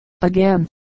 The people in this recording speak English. again